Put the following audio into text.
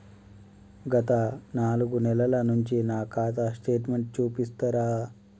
గత నాలుగు నెలల నుంచి నా ఖాతా స్టేట్మెంట్ చూపిస్తరా?